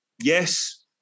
yes